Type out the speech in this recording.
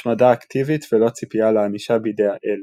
השמדה אקטיבית ולא ציפייה לענישה בידי האל.